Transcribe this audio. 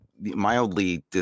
mildly